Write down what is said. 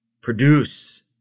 produce